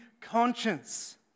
conscience